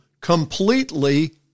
completely